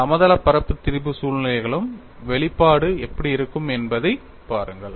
சமதளப் பரப்பு திரிபு சூழ்நிலைகளுக்கும் வெளிப்பாடு எப்படி இருக்கும் என்பதைப் பாருங்கள்